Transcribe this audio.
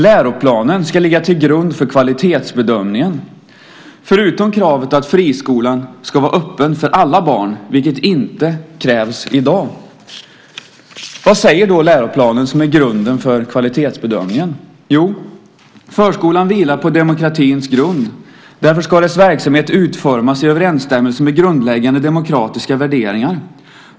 Läroplanen ska ligga till grund för kvalitetsbedömningen - förutom kravet att friskolan ska vara öppen för alla barn, vilket inte krävs i dag. Vad säger läroplanen, som är grunden för kvalitetsbedömningen? Jo, att förskolan vilar på demokratins grund. Därför ska dess verksamhet utformas i överensstämmelse med grundläggande demokratiska värderingar.